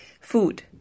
Food